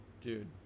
dude